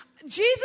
Jesus